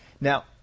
Now